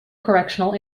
correctional